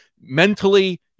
mentally